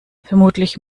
vermutlich